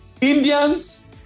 indians